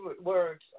words